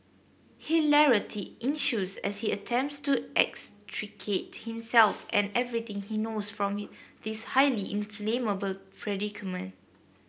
hilarity ensues as he attempts to extricate himself and everything he knows from this highly inflammable predicament